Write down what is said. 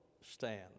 stand